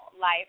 life